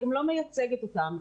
אני לא מייצגת אותם,